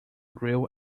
grew